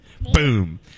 Boom